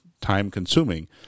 time-consuming